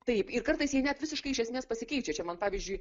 taip ir kartais jie net visiškai iš esmės pasikeičia čia man pavyzdžiui